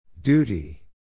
Duty